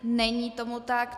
Není tomu tak.